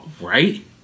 right